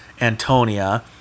Antonia